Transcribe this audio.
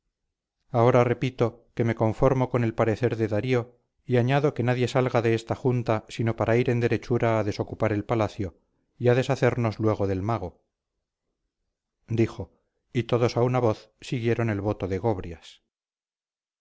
ahora repito que me conforme con el parecer de darío y añado que nadie salga de esta junta sino para ir en derechura a desocupar el palacio y a deshacernos luego del mago dijo y todos a una voz siguieron el voto de gobrias